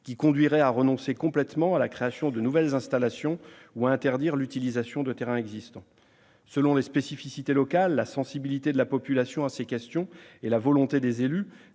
qui conduirait à renoncer complètement à la création de nouvelles installations ou à interdire l'utilisation de terrains existants. Selon les spécificités locales, la sensibilité de la population à ces questions et la volonté des élus,